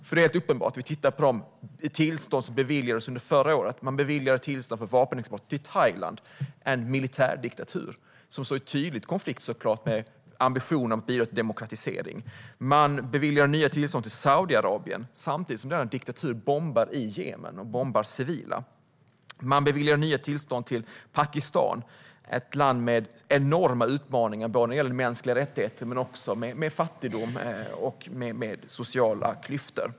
Förra året beviljade man tillstånd för vapenexport till Thailand, en militärdiktatur, vilket står i tydlig konflikt med ambitionen att bidra till demokratisering. Man beviljade nya tillstånd till Saudiarabien, samtidigt som denna diktatur bombar civila i Jemen. Man beviljade nya tillstånd till Pakistan, som är ett land med enorma utmaningar vad gäller mänskliga rättigheter, fattigdom och sociala klyftor.